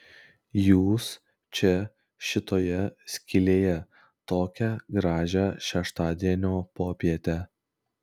jūs čia šitoje skylėje tokią gražią šeštadienio popietę